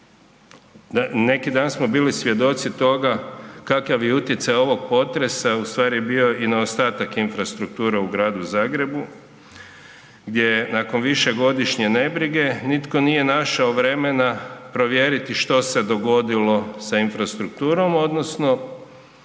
Neki dan smo bili svjedoci toga kakav je utjecaj ovog potresa ustvari bio i na ostatak infrastrukture u Gradu Zagrebu, gdje je nakon višegodišnje nebrige nitko nije našao vremena provjeriti što se dogodilo sa infrastrukturom odnosno